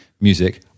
music